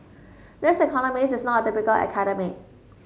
this economist is not a typical academic